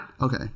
Okay